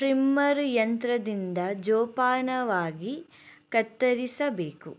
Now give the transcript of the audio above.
trimmer ಯಂತ್ರದಿಂದ ಜೋಪಾನವಾಗಿ ಕತ್ತರಿಸಬೇಕು